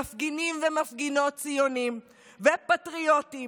מפגינים ומפגינות ציונים ופטריוטים,